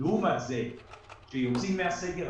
לעומת זאת כשיוצאים מהסגר,